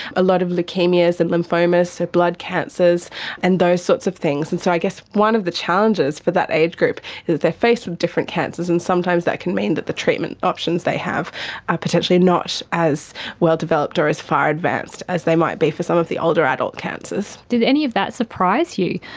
a lot of leukaemias and lymphomas, so blood cancers and those sorts of things. and so i guess one of the challenges for the age group is they are faced with different cancers and sometimes that can mean that the treatment options they have are potentially not as well developed or as far advanced as they might be for some of the older adult cancers. did any of that surprise you,